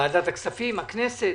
ועדת הכספים, הכנסת.